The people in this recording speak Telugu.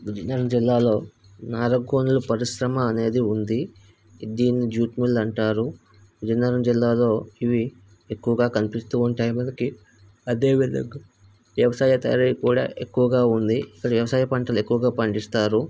విజయనగరం జిల్లాలో నాలుగు గొనుల పరిశ్రమ అనేది ఉంది దీన్ని జూట్ మిల్ అంటారు విజయనగరం జిల్లాలో ఇవి ఎక్కువగా కనిపిస్తూ ఉంటాయి మనకి అదే విధంగా వ్యవసాయ తయారీ కూడా ఎక్కువగా ఉంది ఇక్కడ వ్యవసాయ పంటలు ఎక్కువగా పండిస్తారు